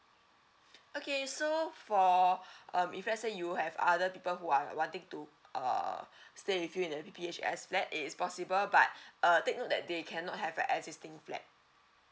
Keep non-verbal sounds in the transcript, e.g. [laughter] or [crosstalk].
okay so for [breath] um if let's say you have other people who are wanting to uh [breath] stay with you in the P P H S flat is possible but [breath] uh take note that they cannot have a existing flat